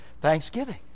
Thanksgiving